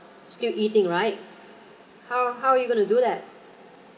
still eating right how how you going to do that